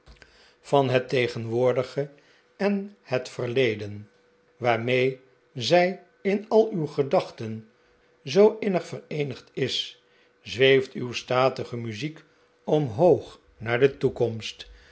in het tegenwoordige en het verleden waarmee zij in al uw gedachten zoo innig vereenigd is zweeft uw statige muziek omhoog naar de toekomst